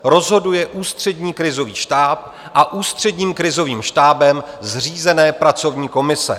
Rozhoduje Ústřední krizový štáb a Ústředním krizovým štábem zřízené pracovní komise.